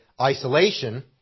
isolation